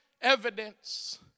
evidence